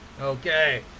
Okay